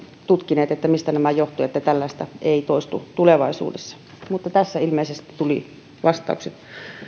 tutkivat että mistä nämä johtuvat että tällaista ei toistu tulevaisuudessa tässä ilmeisesti tulivat vastaukset